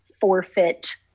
forfeit